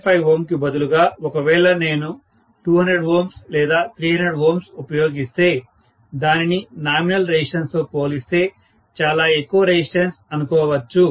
5 Ω కి బదులుగా ఒకవేళ నేను 200 Ω లేదా 300 Ω ఉపయోగిస్తే దానిని నామినల్ రెసిస్టెన్స్ తో పోలిస్తే చాలా ఎక్కువ రెసిస్టెన్స్ అనుకోవచ్చు